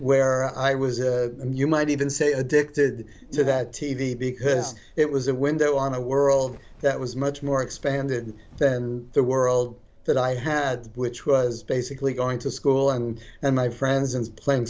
where i was a you might even say addicted to that t v because it was a window on a world that was much more expanded then the world that i had which was basically going to school and and my friends and playing